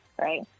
right